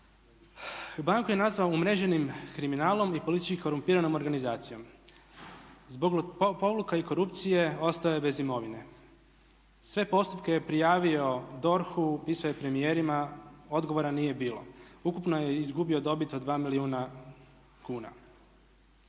Banku je nazvao umreženim kriminalom i politički korumpiranom organizacijom. Zbog lopovluka i korupcije ostao je bez imovine. Sve postupke je prijavio DORH-u, pisao je premijerima, odgovora nije bilo. Ukupno je izgubio dobit od 2 milijuna kuna.